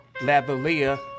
lavalier